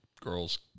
girls